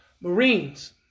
Marines